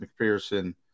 McPherson